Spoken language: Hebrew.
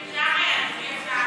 אפשר, אדוני השר,